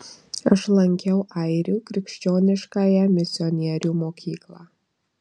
aš lankiau airių krikščioniškąją misionierių mokyklą